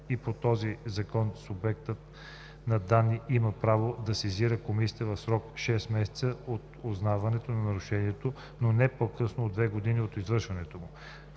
и по този закон субектът на данни има право да сезира комисията в срок 6 месеца от узнаване на нарушението, но не по-късно от две години от извършването му.“